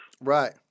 Right